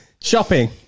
shopping